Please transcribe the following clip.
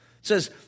says